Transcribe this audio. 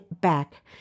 back